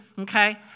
Okay